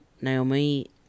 Naomi